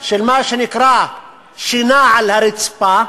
של מה שנקרא שינה על הרצפה,